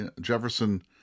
Jefferson